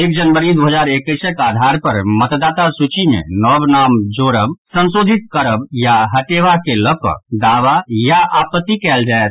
एक जनवरी दू हजार एकैसक आधार पर मतदाता सूची मे नव नाम जोड़ब संशोधित करब या हटेबा के लऽ कऽ दावा या आपत्ति कयल जायत